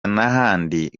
n’ahandi